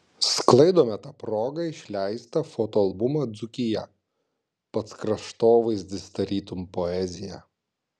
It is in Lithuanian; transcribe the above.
sklaidome ta proga išleistą fotoalbumą dzūkija pats kraštovaizdis tarytum poezija